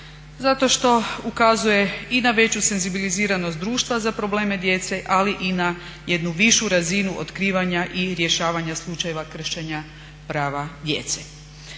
zato što ukazuje i na veću senzibiliziranost društva za probleme djece ali i na jednu višu razinu otkrivanja i rješavanja slučajeva kršenja prava djece.